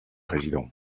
président